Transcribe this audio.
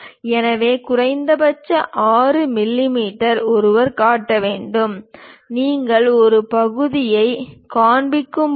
எனவே குறைந்தபட்சம் 6 மிமீ நீளம் ஒருவர் காட்ட வேண்டும் நீங்கள் ஒரு பகுதியைக் காண்பிக்கும் போது